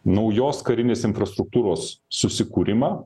naujos karinės infrastruktūros susikūrimą